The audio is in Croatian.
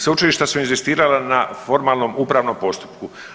Sveučilišta su inzistirala na formalnom upravnom postupku.